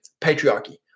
patriarchy